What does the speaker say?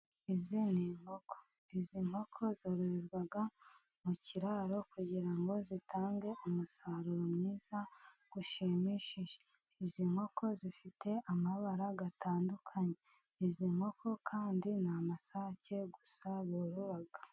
Izi ni inkoko zororerwa mu kiraro kugira ngo zitange umusaruro mwiza gushimi. Izi nkoko zifite amabara atandukanye, izi nkoko kandi ni amasake gusa borora.